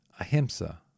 Ahimsa